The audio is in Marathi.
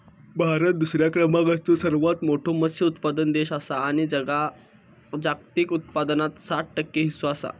भारत दुसऱ्या क्रमांकाचो सर्वात मोठो मत्स्य उत्पादक देश आसा आणि जागतिक उत्पादनात सात टक्के हीस्सो आसा